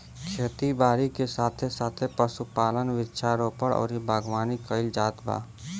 खेती बारी के साथे साथे पशुपालन, वृक्षारोपण अउरी बागवानी कईल जात बा